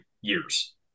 years